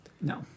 No